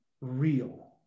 real